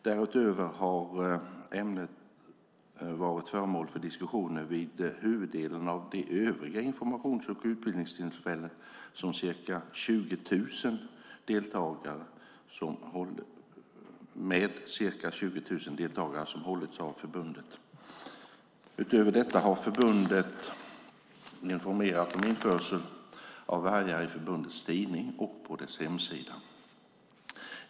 Därutöver har ämnet varit föremål för diskussioner vid huvuddelen av övriga informations och utbildningstillfällen med ca 20 000 deltagare som hållits av förbundet. Utöver detta har förbundet informerat om införsel av vargar i förbundets tidning och på dess hemsida.